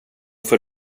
får